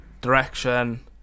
direction